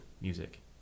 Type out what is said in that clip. music